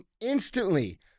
instantly